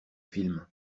film